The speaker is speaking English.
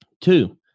Two